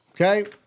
Okay